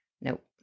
nope